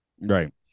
Right